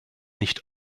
nicht